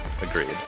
Agreed